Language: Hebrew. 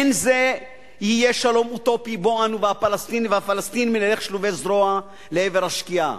לא יהיה זה שלום אוטופי שבו אנו והפלסטינים נלך שלובי זרוע לעבר השקיעה,